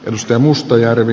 risto mustajärvi